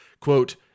quote